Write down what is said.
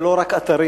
ולא רק אתרים.